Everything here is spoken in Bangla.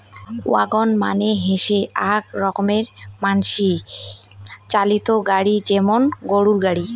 ওয়াগন মানে হসে আক রকমের মানসি চালিত গাড়ি যেমন গরুর গাড়ি